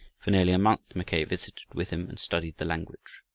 for nearly a month mackay visited with him and studied the language.